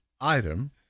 item